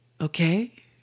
Okay